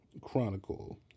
Chronicle